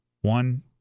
one